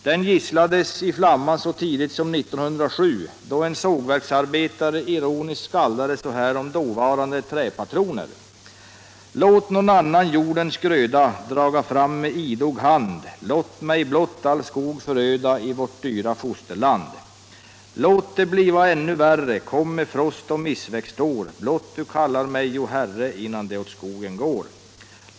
De gisslades i Flamman så tidigt som 1907, då en sågverksarbetare ironiskt skaldade så här om dåvarande träpatroner: ”Låt någon annan jordens gröda draga fram med idog hand Låt mig blott all skog föröda i vårt dyra fosterland. Låt det bliva ännu värre kom med frost och missväxtår Blott Du kallar mig, o Herre innan det åt skogen går.